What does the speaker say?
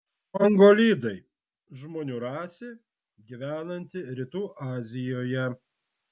mongolidai žmonių rasė gyvenanti rytų azijoje